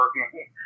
working